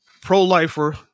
pro-lifer